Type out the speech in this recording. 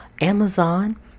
Amazon